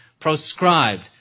proscribed